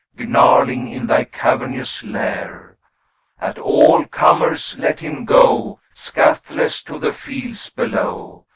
gnarling in thy cavernous lair at all comers, let him go scathless to the fields below.